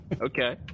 okay